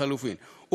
לחלופין,